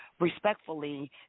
respectfully